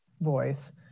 voice